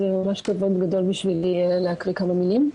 ממש כבוד גדול בשבילי להקריא כמה מילים.